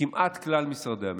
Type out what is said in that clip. כמעט כלל משרדי הממשלה,